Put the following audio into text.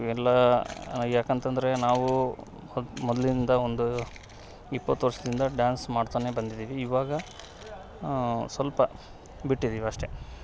ಇವೆಲ್ಲ ಯಾಕಂತಂದರೆ ನಾವೂ ಮೊದ್ಲಿಂದ ಒಂದು ಇಪ್ಪತ್ತು ವರ್ಷದಿಂದ ಡ್ಯಾನ್ಸ್ ಮಾಡ್ತಾನೆ ಬಂದಿದೀವಿ ಇವಾಗ ಸ್ವಲ್ಪ ಬಿಟ್ಟಿದೀವಿ ಅಷ್ಟೇ